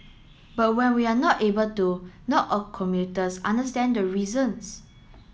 but when we are not able to not all commuters understand the reasons